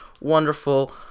wonderful